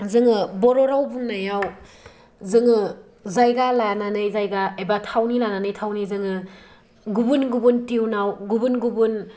जोङो बर' राव बुंनायाव जोङो जायगा लानानै जायगा एबा थावनि लानानै थावनि जोङो गुबुन गुबुन टिउनाव गुबुन गुबुन